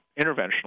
interventional